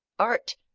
art!